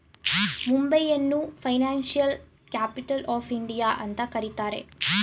ಮುಂಬೈಯನ್ನು financial capital of India ಅಂತ ಕರಿತರೆ